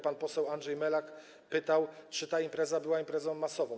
Pan poseł Andrzej Melak pytał, czy ta impreza była imprezą masową.